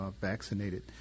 vaccinated